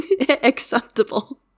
acceptable